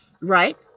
right